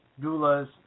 doulas